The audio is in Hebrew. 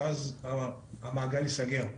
ואז המעגל ייסגר.